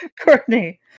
courtney